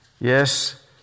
Yes